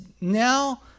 now